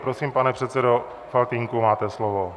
Prosím, pane předsedo Faltýnku, máte slovo.